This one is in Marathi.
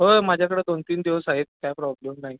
हो माझ्याकडं दोन तीन दिवस आहेत काही प्रॉब्लेम नाही